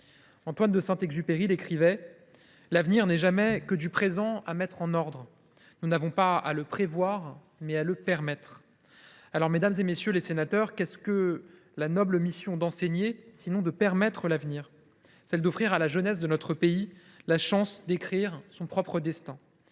Antoine de Saint Exupéry l’écrivait :« L’avenir n’est jamais que du présent à mettre en ordre. [Nous n’avons] pas à le prévoir, mais à le permettre. » Alors, mesdames, messieurs les sénateurs, qu’est ce que la noble mission d’enseigner, sinon permettre l’avenir, offrir à la jeunesse de notre pays la chance d’écrire son propre destin ?